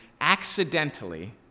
accidentally